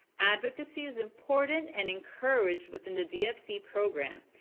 advocacy is important and encouraged within the dfc program.